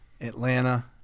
Atlanta